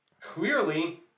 Clearly